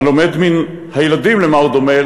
הלומד מן הילדים, למה הוא דומה?